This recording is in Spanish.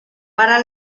para